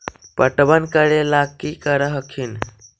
पटबन करे ला की कर हखिन?